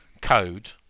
code